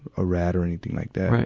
a rat or anything like that.